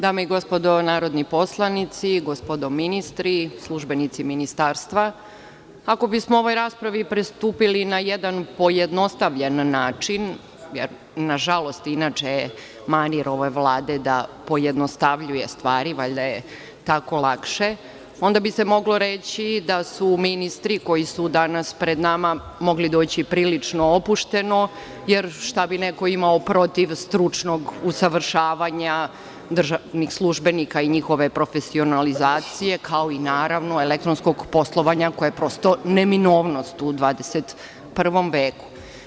Dame i gospodo narodni poslanici, gospodo ministri, službenici Ministarstva, ako bismo ovoj raspravi pristupili na jedan pojednostavljen način, jer nažalost, inače je manir ove Vlade da pojednostavljuje stvari, valjda je tako lakše, onda bi se moglo reći da su ministri koji su danas pred nama mogli doći prilično opušteno, jer šta bi neko imao protiv stručnog usavršavanja državnih službenika i njihove profesionalizacije, kao i naravno, elektronskog poslovanja, koje je prosto neminovnost u 21. veku.